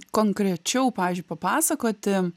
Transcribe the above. konkrečiau pavyzdžiui papasakoti